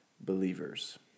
believers